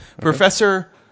Professor